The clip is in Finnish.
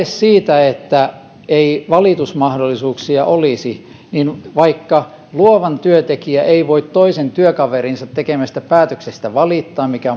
siitä väitteestä että ei valitusmahdollisuuksia olisi vaikka luovan työntekijä ei voi toisen työkaverinsa tekemästä päätöksestä valittaa mikä